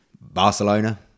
Barcelona